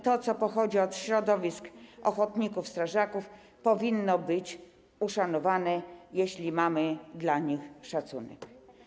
To, co pochodzi od środowisk strażaków ochotników, powinno być uszanowane, jeśli mamy dla nich szacunek.